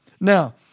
Now